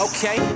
Okay